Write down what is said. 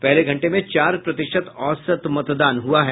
पहले घंटे में चार प्रतिशत औसत मतदान हुआ है